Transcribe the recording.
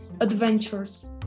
adventures